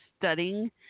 studying